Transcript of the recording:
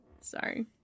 Sorry